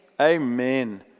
Amen